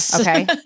Okay